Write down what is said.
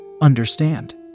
Understand